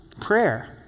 prayer